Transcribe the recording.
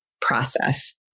process